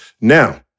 Now